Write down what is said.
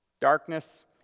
Darkness